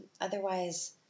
Otherwise